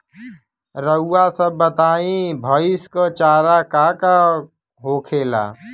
रउआ सभ बताई भईस क चारा का का होखेला?